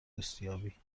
دوستیابی